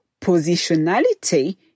positionality